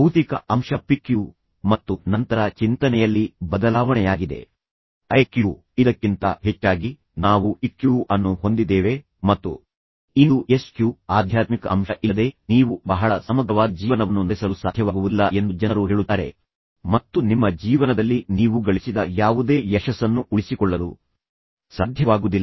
ಭೌತಿಕ ಅಂಶ ಪಿಕ್ಯೂ ಮತ್ತು ನಂತರ ಚಿಂತನೆಯಲ್ಲಿ ಬದಲಾವಣೆಯಾಗಿದೆ ಐಕ್ಯೂ ಇದಕ್ಕೆ ಸಂಬಂಧಿಸಿದಂತೆ ಮತ್ತು ಇದಕ್ಕಿಂತ ಹೆಚ್ಚಾಗಿ ನಾವು ಈ ಇಕ್ಯೂ ಅನ್ನು ಹೊಂದಿದ್ದೇವೆ ಮತ್ತು ಇಂದು ಎಸ್ ಕ್ಯೂ ಆಧ್ಯಾತ್ಮಿಕ ಅಂಶ ಇಲ್ಲದೆ ನೀವು ಬಹಳ ಸಮಗ್ರವಾದ ಜೀವನವನ್ನು ನಡೆಸಲು ಸಾಧ್ಯವಾಗುವುದಿಲ್ಲ ಎಂದು ಜನರು ಹೇಳುತ್ತಾರೆ ಮತ್ತು ನಿಮ್ಮ ಜೀವನದಲ್ಲಿ ನೀವು ಗಳಿಸಿದ ಯಾವುದೇ ಯಶಸ್ಸನ್ನು ಉಳಿಸಿಕೊಳ್ಳಲು ಸಾಧ್ಯವಾಗುವುದಿಲ್ಲ